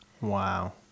Wow